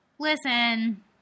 Listen